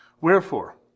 Wherefore